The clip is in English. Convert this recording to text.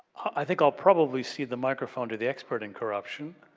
i think i'll probably cede the microphone to the expert in corruption.